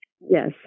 Yes